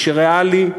מי שריאלי,